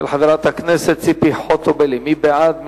של חברת הכנסת ציפי חוטובלי, מי בעד?